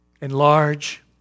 enlarge